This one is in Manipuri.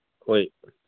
ꯍꯣꯏ